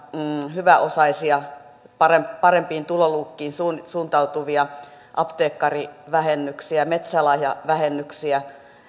hyväosaisia parempiin parempiin tuloluokkiin suuntautuvia apteekkarivähennyksiä metsälahjavähennyksiä